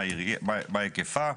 מה היקפה".